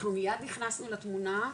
אנחנו מיד נכנסנו לתמונה,